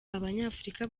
abanyafurika